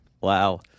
Wow